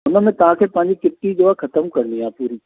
हुन में तव्हांखे पंहिंजी किटी जो आहे ख़तमु करिणी आहे पूरी